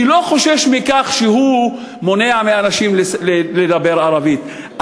אני לא חושש מכך שהוא מונע מאנשים לדבר ערבית,